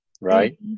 right